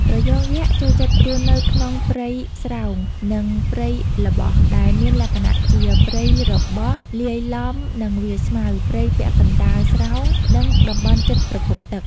ត្រយងយក្សចូលចិត្តរស់នៅក្នុង ព្រៃស្រោង និង ព្រៃល្បោះ ដែលមានលក្ខណៈជា ព្រៃរបោះលាយឡំនឹងវាលស្មៅ ព្រៃពាក់កណ្តាលស្រោង និងតំបន់ជិតប្រភពទឹក។